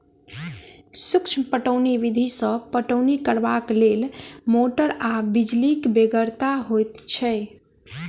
सूक्ष्म पटौनी विधि सॅ पटौनी करबाक लेल मोटर आ बिजलीक बेगरता होइत छै